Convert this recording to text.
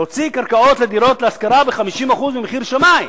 להוציא קרקעות לדירות להשכרה ב-50% ממחיר שמאי.